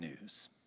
news